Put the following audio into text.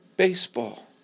baseball